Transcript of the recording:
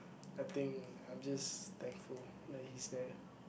I think I'm just thankful that he's there